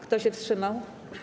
Kto się wstrzymał?